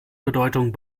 bedeutung